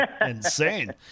insane